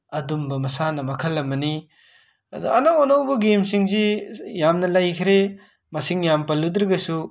ꯑꯗꯨꯝꯕ ꯃꯁꯥꯟꯅ ꯃꯈꯜ ꯑꯃꯅꯤ ꯑꯗ ꯑꯅꯧ ꯑꯅꯧꯕ ꯒꯦꯝꯁꯤꯡꯁꯤ ꯌꯥꯝꯅ ꯂꯩꯈ꯭ꯔꯦ ꯃꯁꯤꯡ ꯌꯥꯝ ꯄꯜꯂꯨꯗ꯭ꯔꯒꯁꯨ